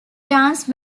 dance